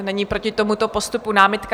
Není proti tomuto postupu námitka.